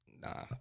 Nah